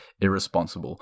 irresponsible